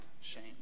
shame